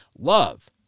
Love